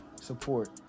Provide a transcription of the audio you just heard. support